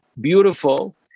beautiful